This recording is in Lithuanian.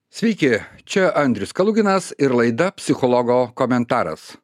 sveiki čia andrius kaluginas ir laida psichologo komentaras